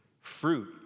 Fruit